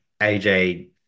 AJ –